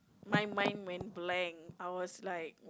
my mind went blank I was like